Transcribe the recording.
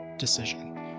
decision